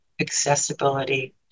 accessibility